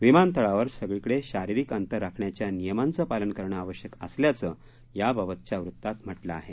विमानतळावर सगळीकडे शारीरिक अंतर राखण्याच्या नियमाचं पालन करणं आवश्यक असल्याचं याबाबतच्या वृत्तात म्हटलं आहे